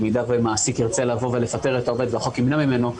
במידה ומעסיק ירצה לבוא ולפטר את העובד והחוק ימנע ממנו,